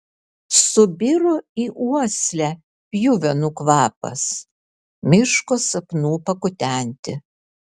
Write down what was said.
subiro į uoslę pjuvenų kvapas miško sapnų pakutenti